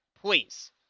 Please